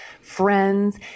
friends